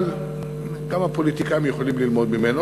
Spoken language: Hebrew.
גם הפוליטיקאים יכולים ללמוד ממנו.